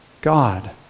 God